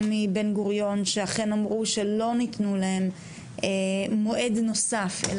מבן גוריון שאכן אמרו שלא נתנו להם מועד נוסף,